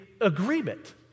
agreement